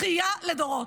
בכייה לדורות.